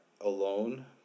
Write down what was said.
alone